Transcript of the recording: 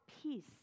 peace